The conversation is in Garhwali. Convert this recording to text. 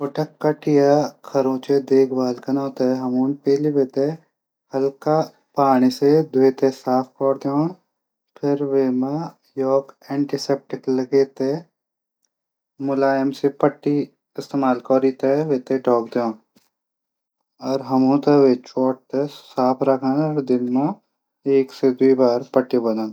कट या खरोंच देखभाल कनो तै पैली बिटै हल्का पाणी से ध्वे की फिर वे मा एंटीसैप्टिक लगै की मुलायम सी पट्टी इस्तेमाल कौरी की वे थै ढाक दीण अर हमन वीं चोट थै ढक दींक और साफ रखण।